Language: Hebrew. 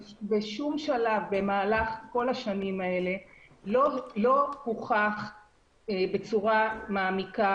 בשום שלב במהלך כל השנים האלה לא הוכח בצורה מעמיקה,